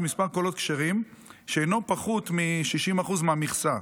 מספר קולות כשרים שאינו פחות מ-60% מהמכסה,